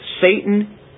Satan